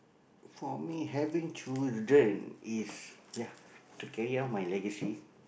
for me having children is ya to carry on my legacy